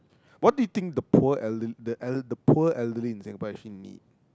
what do you think the poor elderly the poor elderly in Singapore actually need